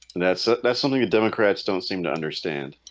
and that's ah that's something that democrats. don't seem to understand